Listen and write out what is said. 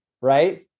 right